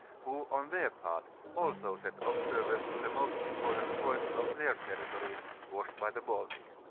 who, on their part, also sent observers to the most important points of their territories washed by the bailie.